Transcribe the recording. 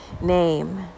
name